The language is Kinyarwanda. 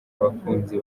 abakunzi